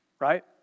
Right